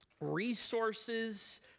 resources